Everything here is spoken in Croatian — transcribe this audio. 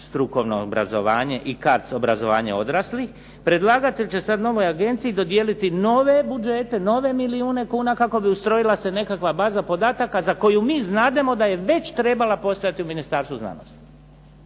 strukovno obrazovanje i CARDS obrazovanje odraslih predlagatelj će sad novoj agenciji dodijeliti nove budžete, nove milijune kuna kako bi ustrojila se nekakva baza podataka za koju mi znademo da je već trebala postojati u Ministarstvu znanosti.